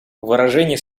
выражение